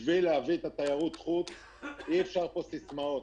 בשביל להחזיר תיירות חוץ אי אפשר סיסמאות.